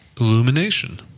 Illumination